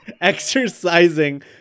exercising